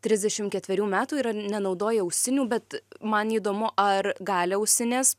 trisdešim ketverių metų yra nenaudoja ausinių bet man įdomu ar gali ausinės